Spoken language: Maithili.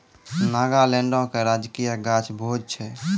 नागालैंडो के राजकीय गाछ भोज छै